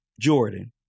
Jordan